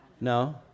No